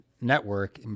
network